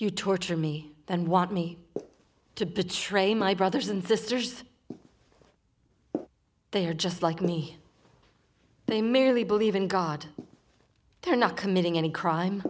you torture me and want me to betray my brothers and sisters they are just like me they merely believe in god they're not committing any crime